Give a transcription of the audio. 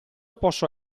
posso